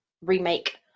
Remake